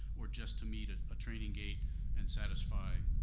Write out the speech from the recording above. or just to meet a ah training gate and satisfy